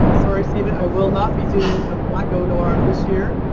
sorry, stephen, i will not be doing a black o'noir this year.